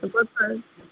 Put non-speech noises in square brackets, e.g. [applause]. [unintelligible]